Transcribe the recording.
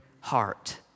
heart